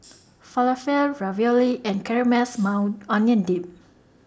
Falafel Ravioli and Caramelized Maui Onion Dip